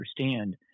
understand